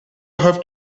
have